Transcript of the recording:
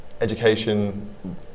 education